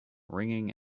ringing